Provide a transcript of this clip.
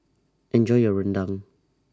Enjoy your Rendang